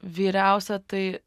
vyriausia tai